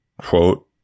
quote